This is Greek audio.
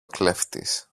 κλέφτης